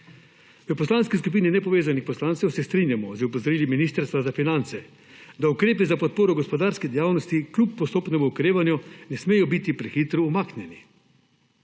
V Poslanski skupini nepovezanih poslancev se strinjamo z opozorili Ministrstva za finance, da ukrepi za podporo gospodarski dejavnosti kljub postopnemu okrevanju ne smejo biti prehitro umaknjeni.